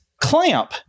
Clamp